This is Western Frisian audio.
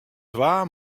twa